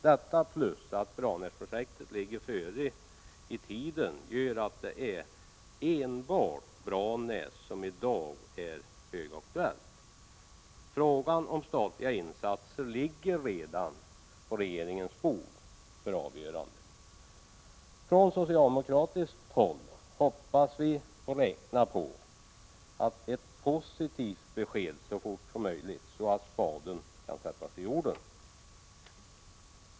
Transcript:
Detta tillsammans med att Branäsprojektet ligger före i tiden gör att det är enbart Branäs som i dag är högaktuellt. Frågan om statliga insatser ligger redan på regeringens bord för avgörande. På socialdemokratiskt håll hoppas vi på och räknar med ett positivt besked så fort som möjligt, så att spaden kan sättas i jorden.